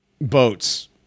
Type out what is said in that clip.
boats